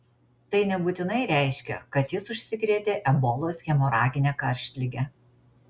tai nebūtinai reiškia kad jis užsikrėtė ebolos hemoragine karštlige